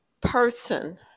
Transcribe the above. person